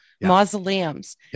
mausoleums